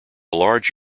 large